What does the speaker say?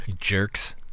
Jerks